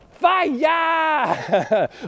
fire